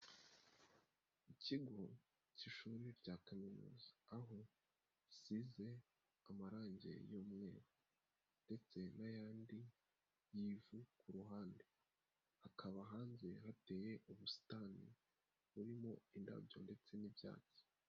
ikigo cy'ishuri rya kaminuza aho risize amarangi y'umweru ndetse n'ayandi y'ivu ku ruhande. Hakaba hanze hateye ubusitani burimo indabyo ndetse n'ibyatsi.